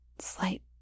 slight